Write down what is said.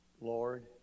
Lord